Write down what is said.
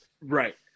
right